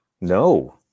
No